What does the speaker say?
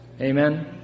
amen